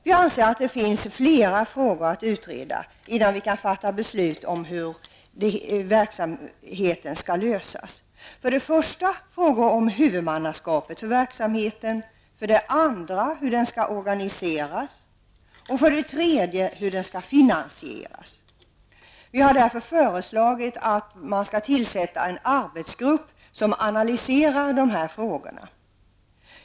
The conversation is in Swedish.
Vi anser att det finns flera frågor att utreda innan vi kan fatta beslut om verksamheten -- för det första huvudmannaskapet för verksamheten, för det andra hur den skall organiseras och för det tredje hur den skall finansieras. Därför har vi föreslagit att man skall tillsätta en arbetsgrupp som analyserar dessa frågor.